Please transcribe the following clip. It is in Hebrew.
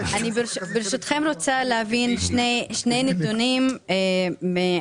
ברשותכם אני רוצה להבין שני נתונים מהדוח.